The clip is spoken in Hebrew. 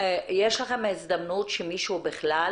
יש לכם הזדמנות שמישהו בכלל